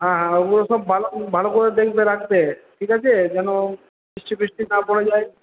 হ্যাঁ হ্যাঁ ওইগুলো সব ভালো ভালো করে দেখবে রাখবে ঠিক আছে যেন বৃষ্টি ফ্রিষ্টি না পড়ে যায়